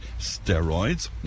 steroids